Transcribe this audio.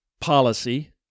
policy